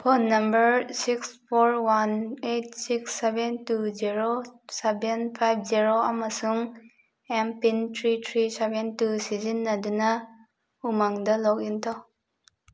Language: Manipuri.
phone number six four one eight six seven two zero seven five zero ꯑꯃꯁꯨꯡ M pin three three seven two ꯁꯤꯖꯤꯟꯅꯗꯨꯅ ꯎꯃꯡꯗ ꯂꯣꯒ ꯏꯟ ꯇꯧ